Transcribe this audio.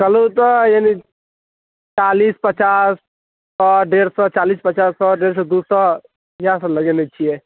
चलू तऽ एनी चालिस पचास सओ डेढ़ सओ चालिस पचास सओ डेढ़ सओ दुइ सओ इएहसब लगेने छिए